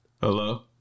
Hello